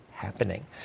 happening